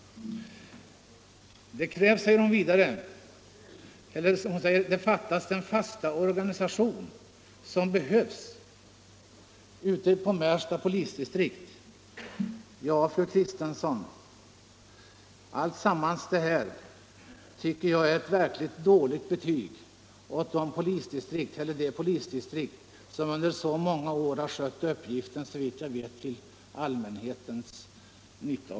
Vidare säger fru Kristensson att den fasta organisation som behövs fattas på Märsta polisdistrikt. Det tycker jag är ett dåligt betyg åt det polisdistrikt som under så många år har skött uppgiften till såvitt jag förstår allmänhetens bästa.